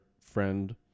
friend